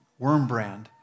Wormbrand